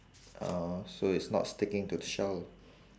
uh so it's not sticking to the shell lah